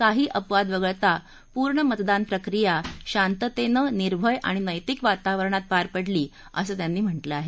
काही अपवाद वगळता पूर्ण मतदान प्रक्रीया शांततेन निर्भय आणि नैतिक वातावरणात पार पडली असं त्यांनी म्हटलं आहे